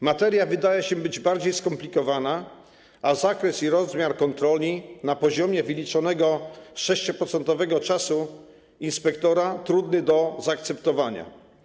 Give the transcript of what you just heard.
Materia wydaje się bardziej skomplikowana, a zakres i rozmiar kontroli na poziomie wyliczonego 6-procentowego czasu pracy inspektora trudny do zaakceptowania.